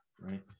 right